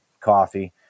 coffee